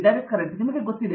ದೀಪಾ ವೆಂಕಟೇಶ್ ನಿಮಗೆ ಗೊತ್ತಿದೆ